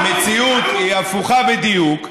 המציאות היא הפוכה בדיוק.